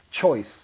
choice